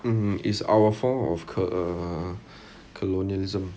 mm is our form of uh colonialism